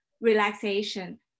relaxation